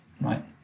right